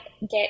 get